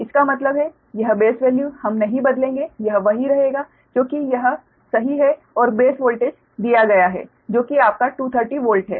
इसका मतलब है यह बेस वैल्यू हम नहीं बदलेंगे यह वही रहेगा क्योंकि यह सही है और बेस वोल्टेज दिया गया है जो कि आपका 230 वोल्ट है